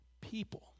people